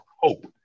hope